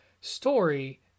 story